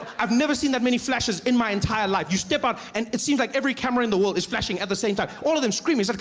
have never seen that many flashes in my entire life. you step out and it seems like every camera in the world is flashing at the same time. all of them screaming,